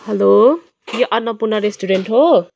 hello यो Annapurna restaurant हो